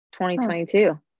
2022